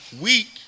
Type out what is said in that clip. week